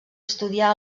estudià